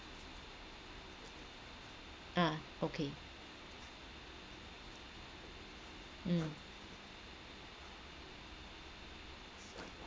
ah okay mm